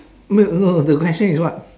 wait no the question is what